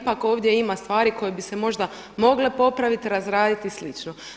Ipak ovdje ima stvari koje bi se možda mogle popraviti, razraditi i slično.